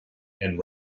and